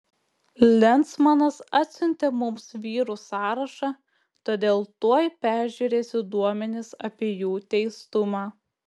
lensmanas atsiuntė mums vyrų sąrašą todėl tuoj peržiūrėsiu duomenis apie jų teistumą